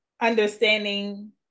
understanding